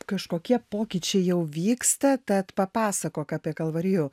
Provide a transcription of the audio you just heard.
kažkokie pokyčiai jau vyksta tad papasakok apie kalvarijų